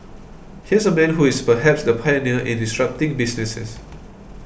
here's a man who is perhaps the pioneer in disrupting businesses